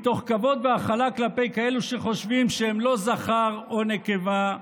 מתוך כבוד והכלה כלפי כאלה שחושבים שהם לא זכר או נקבה.